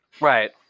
Right